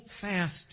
fast